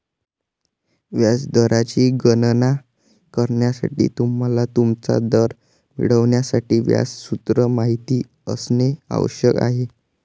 व्याज दराची गणना करण्यासाठी, तुम्हाला तुमचा दर मिळवण्यासाठी व्याज सूत्र माहित असणे आवश्यक आहे